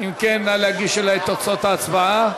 אם כן, נא להגיש אלי את תוצאות ההצבעה.